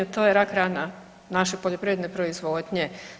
To je rak rana naše poljoprivredne proizvodnje.